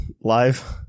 live